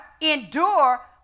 endure